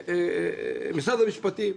משרד המשפטים: